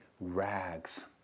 rags